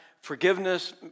Forgiveness